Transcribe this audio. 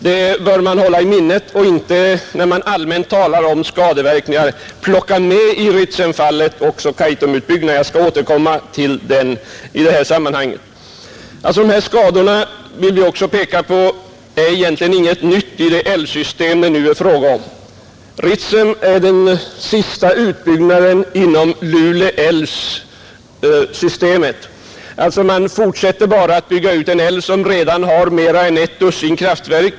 Det bör man hålla i minnet, så att man inte när man talar om skadeverkningar i Ritsemfallet också plockar med Kaitumutbyggnaden. Jag skall återkomma till den senare, Jag vill även peka på att dessa skador egentligen inte innebär något nytt i det älvsystem det nu är fråga om. Ritsem är den sista utbyggnaden inom Luleälvsystemet. Man fortsätter alltså bara att bygga ut en älv som redan har mera än ett dussin kraftverk.